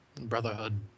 brotherhood